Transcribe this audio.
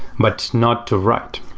but not to write.